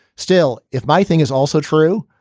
still, if my thing is also true,